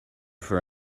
for